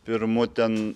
pirmu ten